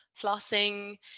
flossing